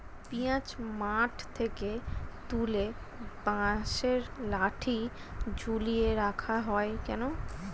পিঁয়াজ মাঠ থেকে তুলে বাঁশের লাঠি ঝুলিয়ে রাখা হয় কেন?